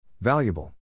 Valuable